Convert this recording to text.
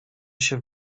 się